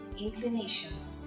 inclinations